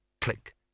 click